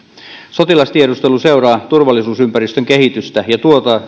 sotilastiedustelu seuraa turvallisuusympäristön kehitystä ja